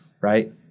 right